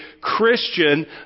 Christian